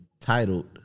titled